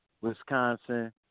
Wisconsin